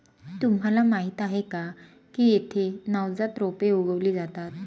तुम्हाला माहीत आहे का की येथे नवजात रोपे उगवली जातात